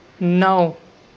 نو